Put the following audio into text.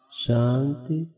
shanti